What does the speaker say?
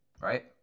right